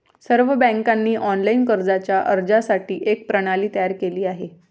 सर्व बँकांनी ऑनलाइन कर्जाच्या अर्जासाठी एक प्रणाली तयार केली आहे